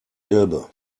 elbe